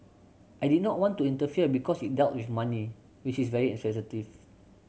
I did not want to interfere because it dealt with money which is very sensitive